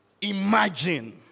imagine